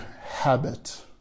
habit